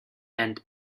and